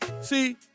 See